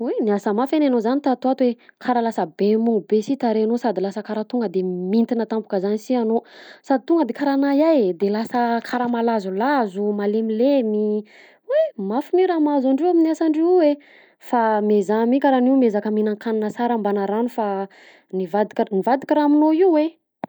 Oy! Niasa mafy anie anao zany tato ho ato e, karaha lasa be mony be si tarehinao sady lasa karaha tonga de mintina tampoka zany si anao sady tonga de karaha nahia e de lasa karahq malazolazo, malemilemy. Oy! Mafy ne raha mahazo andreo amin'ny asandreo io e fa miezaha mi karaha an'io miezaka mihinan-kanina tsara mbana rano fa mivadika mivadika raha aminao io e.